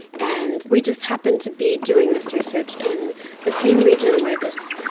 and we just happened to be doing this research in the same region where this